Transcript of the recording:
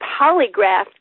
polygraph